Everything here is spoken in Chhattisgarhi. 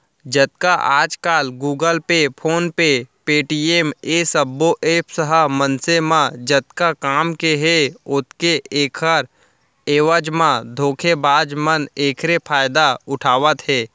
जतका आजकल Google Pay, PhonePe, Paytm ए सबो ऐप्स ह मनसे म जतका काम के हे ओतके ऐखर एवज म धोखेबाज मन एखरे फायदा उठावत हे